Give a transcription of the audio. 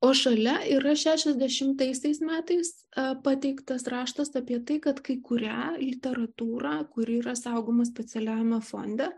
o šalia yra šešiasdešimtaisiais metais pateiktas raštas apie tai kad kai kurią literatūrą kuri yra saugoma specialiajame fonde